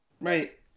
right